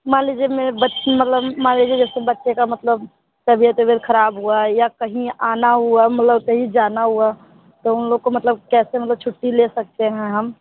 मान लीजिए मेरे ब मतलब मान लीजिए जैसे बच्चे का मतलब तबीयत वबीयत खराब हुआ है या कहीं आना हुआ मतलब कहीं जाना हुआ तो उन लोग को मतलब कैसे मतलब छुट्टी ले सकते हैं हम